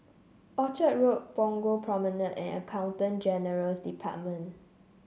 Orchard Road Punggol Promenade and Accountant General's Department